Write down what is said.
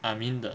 I mean the